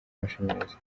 amashanyarazi